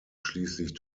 schließlich